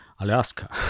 alaska